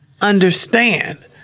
Understand